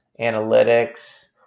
analytics